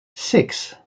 six